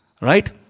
right